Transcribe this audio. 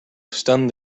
stunned